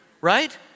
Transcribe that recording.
right